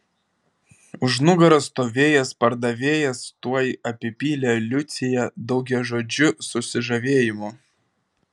už nugaros stovėjęs pardavėjas tuoj apipylė liuciją daugiažodžiu susižavėjimu